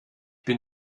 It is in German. bin